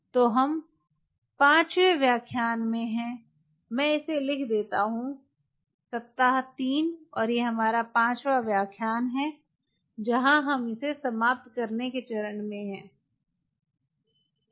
तो हम पाँचवें व्याख्यान में हैं मैं इसे लिख देता हूँ सप्ताह 3 और यह हमारा व्याख्यान 5 है जहाँ हम इसे समाप्त करने के चरण में हैं